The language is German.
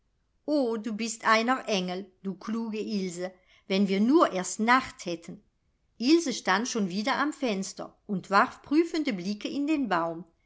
o du bist einer engel du kluge ilse wenn wir nur erst nacht hätten ilse stand schon wieder am fenster und warf prüfende blicke in den baum